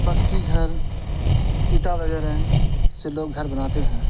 پکے گھر اینٹا وغیرہ سے لوگ گھر بناتے ہیں